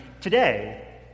today